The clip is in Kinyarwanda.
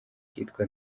kitwa